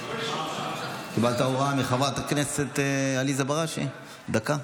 קיבלת הוראה מחברת הכנסת עליזה בראשי: דקה.